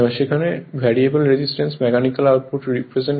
যেখানে variable resistance mechanical output represent করে